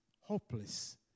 hopeless